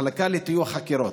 מחלקה לטיוח חקירות.